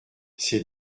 c’est